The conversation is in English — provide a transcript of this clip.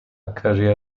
career